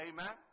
Amen